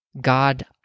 God